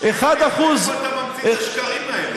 אום אל-פחם זה קרוב ל-1% מאיפה אתה ממציא את השקרים האלה?